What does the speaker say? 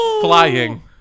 flying